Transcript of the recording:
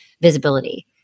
visibility